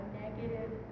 negative